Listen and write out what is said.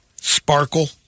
Sparkle